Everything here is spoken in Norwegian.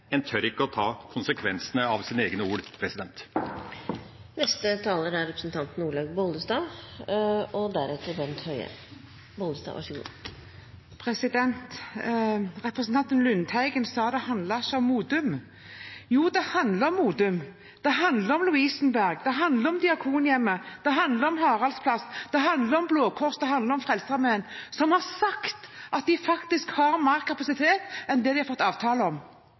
en tør ikke å ta konsekvensene av sine egne ord. Representanten Lundteigen sa at det ikke handlet om Modum Bad. Jo, det handler om Modum Bad, det handler om Lovisenberg, det handler om Diakonhjemmet, det handler om Haraldsplass, det handler om Blå Kors, det handler om Frelsesarmeen – som har sagt at de faktisk har mer kapasitet enn det de har fått avtale om.